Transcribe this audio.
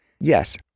yes